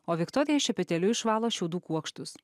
o viktorija šepetėliu išvalo šiaudų kuokštus